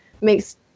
makes